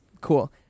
Cool